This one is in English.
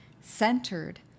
centered